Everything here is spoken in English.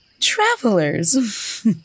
Travelers